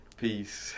peace